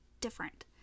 Different